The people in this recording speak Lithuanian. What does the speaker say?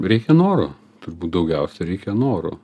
reikia noro turbūt daugiausia reikia noro